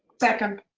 second.